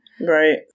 Right